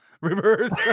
Reverse